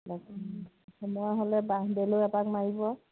সময় হ'লে বাৰ্থডেলৈ এপাক মাৰিব